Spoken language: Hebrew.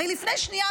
הרי לפני שנייה,